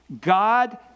God